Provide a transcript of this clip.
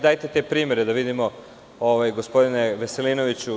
Dajte te primere da vidimo gospodine Veselinoviću.